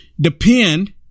depend